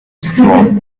straw